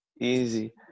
easy